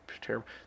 terrible